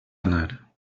anar